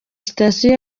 sitasiyo